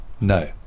no